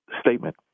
statement